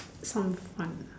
fun is fun lah